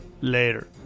Later